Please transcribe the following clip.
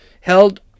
held